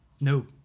no